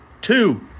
two